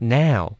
now